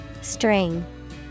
string